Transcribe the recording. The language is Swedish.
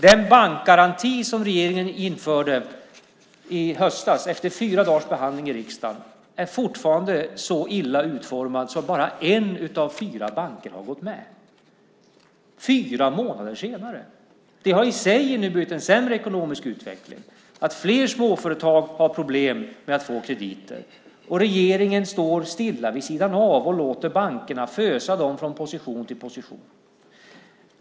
Den bankgaranti som regeringen införde i höstas, efter fyra dagars behandling i riksdagen, är fortfarande så illa utformad att bara en av fyra banker har anslutit sig, fyra månader senare. Det har nu blivit en sämre ekonomisk utveckling och fler småföretag som har problem med att få krediter. Och regeringen står stilla vid sidan av och låter bankerna fösa dem från position till position.